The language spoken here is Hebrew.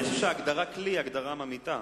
אני חושב שההגדרה "כלי" היא הגדרה ממעיטה.